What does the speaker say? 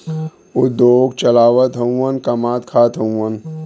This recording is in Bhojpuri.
उद्योग चलावत हउवन कमात खात हउवन